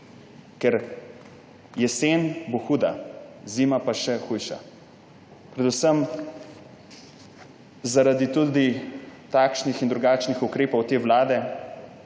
Jesen bo huda, zima pa še hujša. Predvsem zaradi tudi takšnih in drugačnih ukrepov te vlade,